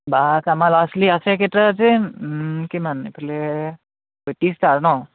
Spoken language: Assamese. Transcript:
বাছ আমাৰ ল'ৰা ছোৱালী আছে কেইটা যে কিমান এইফালে পঁয়ত্ৰিছটা নহ্